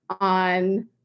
on